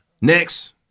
Next